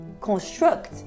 construct